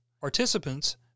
Participants